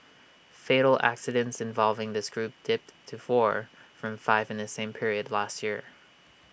fatal accidents involving this group dipped to four from five in the same period last year